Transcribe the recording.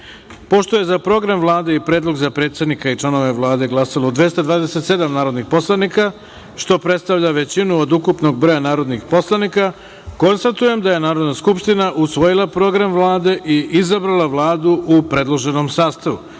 je za Program Vlade i predlog za predsednika i članove Vlade glasalo 227 narodnih poslanika, što predstavlja većinu od ukupnog broja narodnih poslanika, konstatujem da je Narodna skupština usvojila Program Vlade i izabrala Vladu, u predloženom